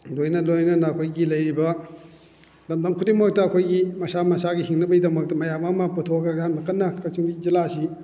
ꯂꯣꯏꯅ ꯂꯣꯏꯅꯅ ꯑꯩꯈꯣꯏꯒꯤ ꯂꯩꯔꯤꯕ ꯂꯝꯗꯝ ꯈꯨꯗꯤꯡꯃꯛꯇ ꯑꯩꯈꯣꯏꯒꯤ ꯃꯁꯥ ꯃꯁꯥꯒꯤ ꯍꯤꯡꯅꯕꯒꯤꯗꯃꯛꯇ ꯃꯌꯥꯝ ꯑꯃ ꯄꯨꯊꯣꯛꯑꯒ ꯌꯥꯝꯅ ꯀꯟꯅ ꯀꯛꯆꯤꯡ ꯖꯤꯂꯥ ꯑꯁꯤ